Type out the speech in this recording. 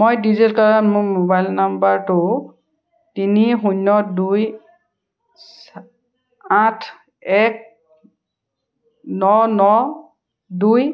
মই ডিজি লকাৰত মোৰ মোবাইল নাম্বাৰটো তিনি শূন্য দুই চা আঠ এক ন ন দুই